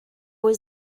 was